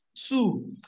Two